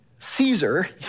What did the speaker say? Caesar